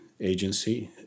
Agency